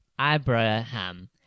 Abraham